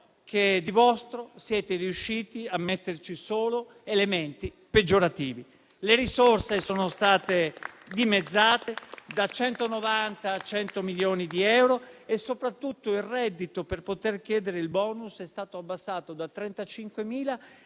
che di vostro siete riusciti a metterci solo elementi peggiorativi: le risorse sono state dimezzate da 190 a 100 milioni di euro e, soprattutto, il reddito per poter chiedere il *bonus* è stato abbassato da 35.000